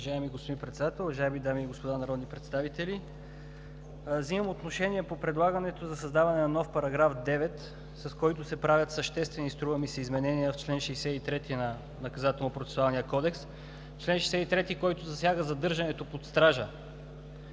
Уважаеми господин Председател, уважаеми дами и господа народни представители! Взимам отношение по предлагането за създаване на нов § 9, с който се правят съществени, струва ми се, изменения в чл. 63 на Наказателно-процесуалния кодекс, чл. 63, който засяга „задържането под стража“.